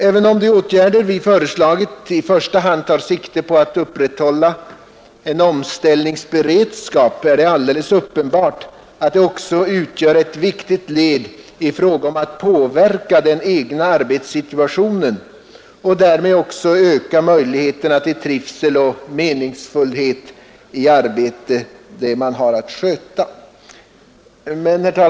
Även om de åtgärder vi föreslagit i första hand tar sikte på att upprätthålla en omställningsberedskap är det alldeles uppenbart att de också utgör ett viktigt led i fråga om att påverka den egna arbetssituationen och därmed också öka möjligheterna till trivsel och meningsfullhet i det arbete man har att sköta.